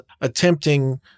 attempting